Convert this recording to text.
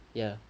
ya